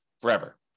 forever